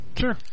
sure